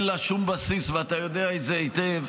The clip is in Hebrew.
אין לה שום בסיס, ואתה יודע את זה היטב.